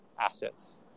assets